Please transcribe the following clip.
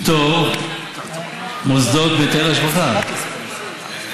פטור מוסדות מהיטל השבחה.